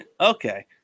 Okay